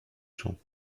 champs